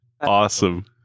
awesome